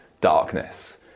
darkness